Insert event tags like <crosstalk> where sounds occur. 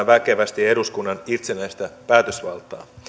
<unintelligible> väkevästi eduskunnan itsenäistä päätösvaltaa